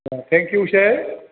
O thank you sir